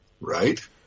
Right